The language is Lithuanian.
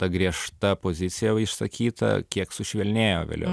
ta griežta pozicijajau išsakyta kiek sušvelnėjo vėliau